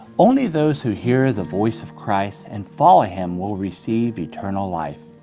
only those who hear the voice of christ and follow him will receive eternal life.